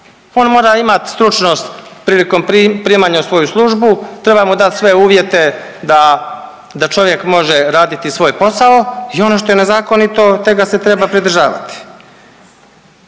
On mora imati stručnost priliko primanja u svoju službu, treba mu dati sve uvjete da, da čovjek može raditi svoj posao i ono što je nezakonito tega se treba pridržavati.